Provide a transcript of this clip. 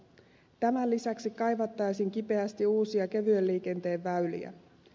tämän lisäksi kaivattaisiin kipeästi uusia kevyen liikenteen väyliä